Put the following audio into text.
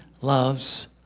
loves